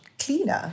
cleaner